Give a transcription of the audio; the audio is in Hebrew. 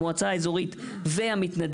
המועצה האזורית והמתנדבים.